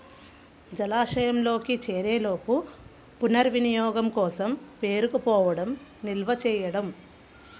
జలాశయంలోకి చేరేలోపు పునర్వినియోగం కోసం పేరుకుపోవడం నిల్వ చేయడం